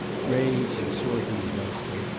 raids and sorties mostly,